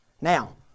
Now